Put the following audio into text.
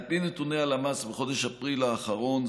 על פי נתוני הלמ"ס מחודש אפריל האחרון,